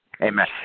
Amen